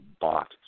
bought